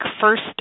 first